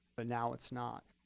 but now it's not.